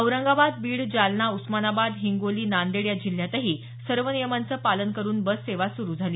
औरंगाबाद बीड जालना उस्मानाबाद हिंगोली नांदेड या जिल्ह्यातही सर्व नियमांचं पालन करुन बससेवा सुरु झाली